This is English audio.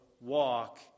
walk